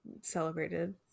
celebrated